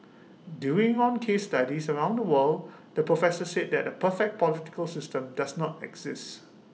doing on case studies around the world the professor said that A perfect political system does not exist